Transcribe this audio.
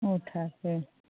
उठा के